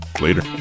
Later